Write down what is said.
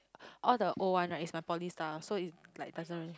all the old one right is my poly stuff so it like doesn't really